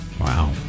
Wow